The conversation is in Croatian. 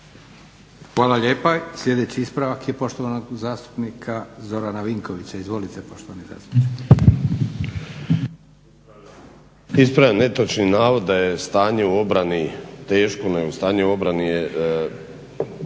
Hvala lijepa. Sljedeći ispravak je poštovanog zastupnika Zorana Vinkovića. Izvolite poštovani zastupniče. **Vinković, Zoran (HDSSB)** Ispravljam netočni navod da je stanje u obrani teško. Stanje u obrani